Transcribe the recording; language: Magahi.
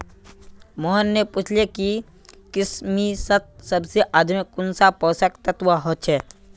मोहन ने पूछले कि किशमिशत सबसे अधिक कुंन सा पोषक तत्व ह छे